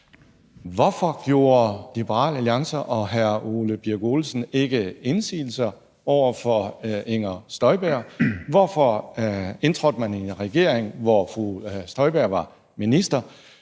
Hvorfor gjorde Liberal Alliance og hr. Ole Birk Olesen ikke indsigelser over for Inger Støjberg? Hvorfor indtrådte man i en regering, hvor fru Inger Støjberg var minister?